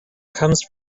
comes